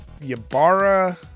Yabara